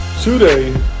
Today